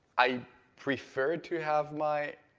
i prefer to have my